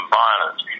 violence